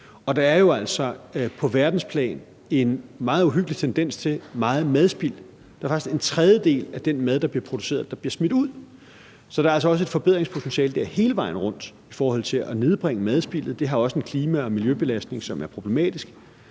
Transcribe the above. der er jo altså på verdensplan en meget uhyggelig tendens til meget madspild. Der er faktisk en tredjedel af den mad, der bliver produceret, som bliver smidt ud. Så der er altså også et forbedringspotentiale der hele vejen rundt i forhold til at nedbringe madspildet; det har også en klima- og miljøbelastning, som er problematisk.